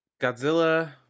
godzilla